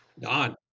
Don